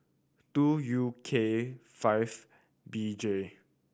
two U K five B J